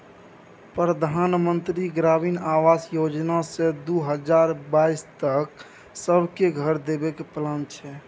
परधान मन्त्री ग्रामीण आबास योजना सँ दु हजार बाइस तक सब केँ घर देबे केर प्लान छै